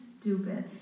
stupid